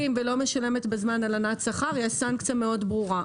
אם- -- ולא משלמת בזמן, יש סנקציה מאוד ברורה.